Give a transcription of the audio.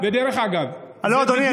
ודרך אגב, לא, אדוני.